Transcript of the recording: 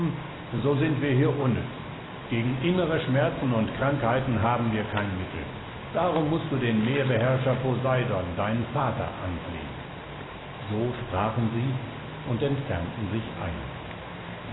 so sind wir hier unnütz gegen innere schmerzen und krankheiten haben wir kein mittel darum mußt du den meerbeherrscher poseidon deinen vater anflehen so sprachen sie und entfernten sich eilig